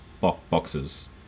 boxes